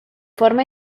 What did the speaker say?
forma